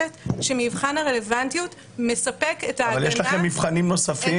שמבחן הרלוונטיות מספק את ההגנה המספקת.